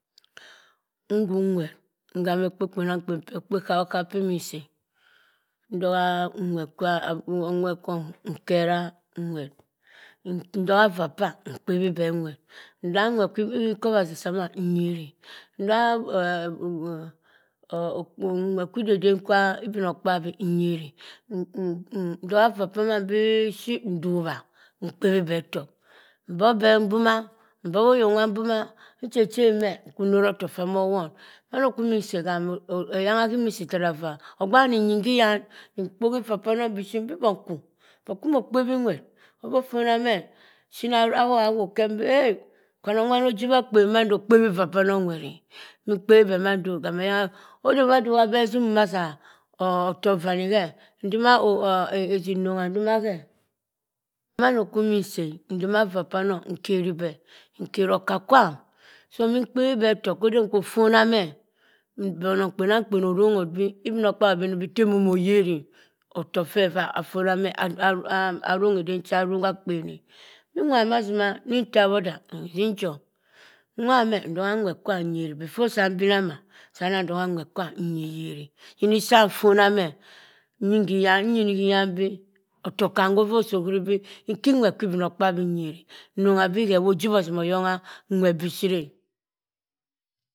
Nhur nwot, nhama ekpo kpenamkpen. ekpo egha bhokap pimin nsii e. Nsogha onwert kwa onwert ghom nkerinwert ndogha vaa pam mkpebhi beh nwert. ndoha nwert sii ikowasi kwaman nyeri. ndowa onwert kwideden kwi ibinok pabi nyeri, andoha vaa pa mamn mishit ntobha mkpebhi beh awert mbobhi beh mbuma. Mbobho oyoknwa mbuma. Ncher oherr. meh nkwu nnorr otok ffa moh won. mando kwimin sii ham eyangha himinsi tara vaa. agbe wanni nyin hyan mkpohi ivaa panong mbii bong kwu. bong kwu mo kpebhi nwert offo fonah meh oshiri arama awop keh aben bii eh, kwanong nwa wani ojibha akpen mando o. okpebhi vaa panong nwert e. Nimin nkpebhi beh mando. ham eyangha. madi iwa beh zimum aza ofok vani khe, ntima edik rongha ndomah khe. mando kwu imin nsii eh ntima vaa panong nkeribe, nkerokka kwam sami nkpebhi beh otok fo de mo ofonameh onong kpenam kpen erogha bii ibinokpabi ibinokpabi obenibii teh monigha oyerr otok kwe ffa osana. meh morongha eden cha moruk akpen eh. Min wobha masi ma intabhoda. asinjom nwobha meh nsoha nwert kwa nyeri. before mbina mah saa nnan togha nwerr kwam nyeri. Yimi sah nfona meh, nyini hyan nyi yini hyan bii ofok ham hoya osii ohuri bii oki nwert kwi ibinokpabi nyeri nnongha bii khe wojibho ozam oyongha nwert bishit e.